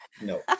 no